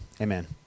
amen